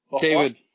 David